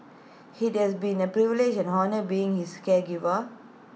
IT has been A privilege and honour being his caregiver